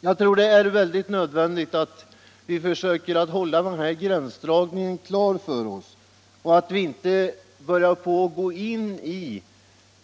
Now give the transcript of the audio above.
Jag tror att det är nödvändigt att vi från riksdagens sida försöker hålla den här gränsdragningen klar för oss och inte går in i